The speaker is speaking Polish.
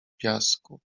piasku